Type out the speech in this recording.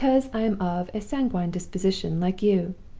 because i am of a sanguine disposition, like you.